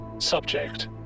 Subject